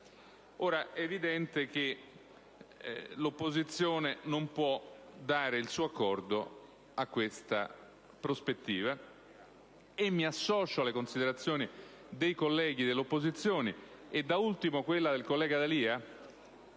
È evidente che l'opposizione non può dare il suo assenso a questa prospettiva. Mi associo quindi alle considerazioni dei colleghi dell'opposizione e, da ultimo, a quelle del senatore D'Alia,